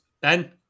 Ben